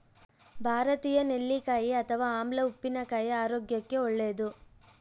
ಭಾರತೀಯ ನೆಲ್ಲಿಕಾಯಿ ಅಥವಾ ಆಮ್ಲ ಉಪ್ಪಿನಕಾಯಿ ಆರೋಗ್ಯಕ್ಕೆ ಒಳ್ಳೇದು